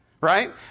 right